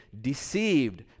deceived